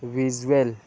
visual